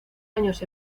años